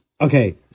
Okay